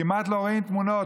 כמעט לא רואים תמונות,